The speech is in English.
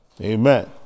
Amen